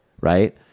right